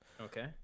okay